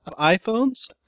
iPhones